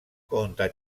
conta